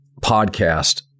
podcast